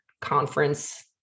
conference